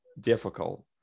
difficult